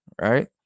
right